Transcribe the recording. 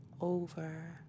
over